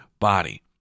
body